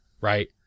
right